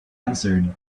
answered